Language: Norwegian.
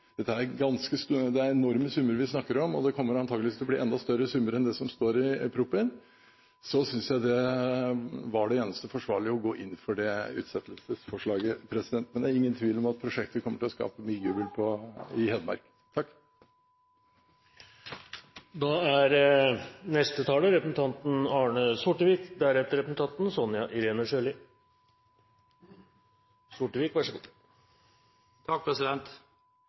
det er enorme summer vi snakker om, og det kommer antageligvis til å bli enda større summer enn det som står i proposisjonen – synes jeg det var det eneste forsvarlige å gå inn for det utsettelsesforslaget. Men det er ingen tvil om at prosjektet kommer til å skape mye jubel i Hedmark.